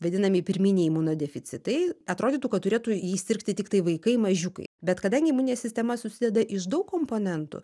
vadinami pirminiai imunodeficitai atrodytų kad turėtų jį sirgti tiktai vaikai mažiukai bet kadangi imuninė sistema susideda iš daug komponentų